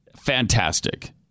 Fantastic